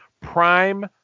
Prime